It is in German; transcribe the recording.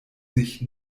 sich